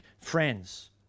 friends